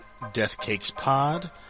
DeathCakesPod